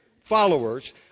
followers